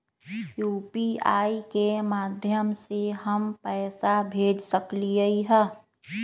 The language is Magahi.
यू.पी.आई के माध्यम से हम पैसा भेज सकलियै ह?